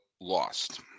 lost